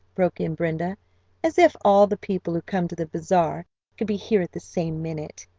broke in brenda as if all the people who come to the bazaar could be here at the same minute.